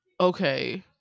okay